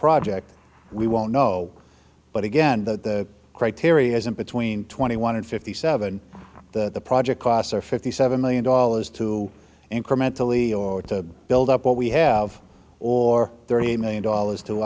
project we won't know but again the criteria isn't between twenty one and fifty seven that the project costs are fifty seven million dollars to incrementally or to build up what we have or thirty million dollars to